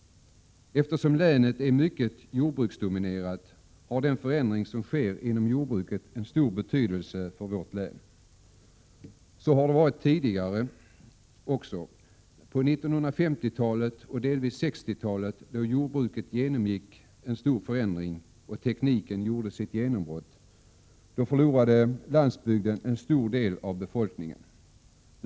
Eftersom länet är mycket jordbruksdominerat har den förändring som sker inom jordbruket en stor betydelse. Så har det varit tidigare också. På 1950-talet och delvis 1960-talet, då jordbruket genomgick en stor förändring och tekniken fick sitt genombrott, förlorade landsbygden en stor del av befolkningen.